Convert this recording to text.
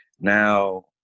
Now